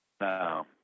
No